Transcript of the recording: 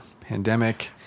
pandemic